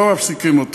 לא מפסיקים אותו.